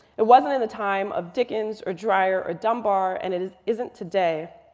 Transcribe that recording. it wasn't in the time of dickens or dreiser or dunbar. and it is isn't today.